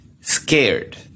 scared